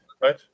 right